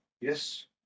Yes